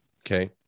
Okay